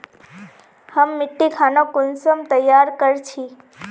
हम मिट्टी खानोक कुंसम तैयार कर छी?